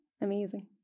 amazing